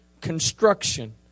construction